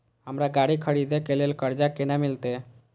हमरा गाड़ी खरदे के लिए कर्जा केना मिलते?